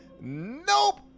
nope